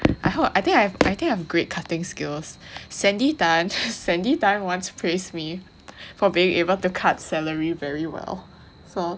I hope I think I have I think I have great cutting skills sandy tan sandy tan once praise me for being able to cut celery very well so